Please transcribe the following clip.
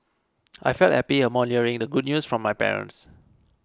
I felt happy upon hearing the good news from my parents